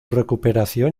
recuperación